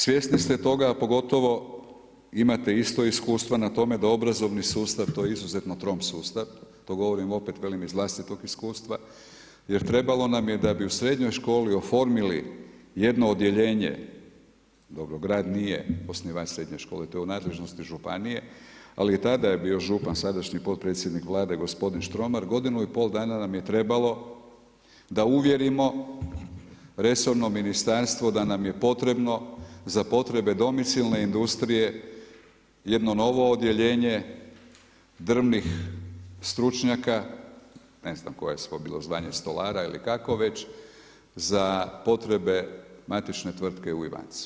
Svjesni ste toga a pogotovo imate isto iskustva na tome da obrazovni sustav, to je izuzetno trom sustav, to govorim opet velim iz vlastitog iskustva jer trebalo nam je da bi u srednjoj školi oformili jedno odjeljenje, dobro grad nije osnivač srednje škole, to je u nadležnosti županije, ali i tada je bio župan, sadašnji potpredsjednik Vlade gospodin Štromar, godinu i pol dana nam je trebalo da uvjerimo resorno ministarstvo da nam je potrebno za potrebe domicilne industrije jedno novo odjeljenje drvnih stručnjaka, ne znam koje je svo bilo zvanje stolara ili kako već za potrebe matične tvrtke u Ivanjcu.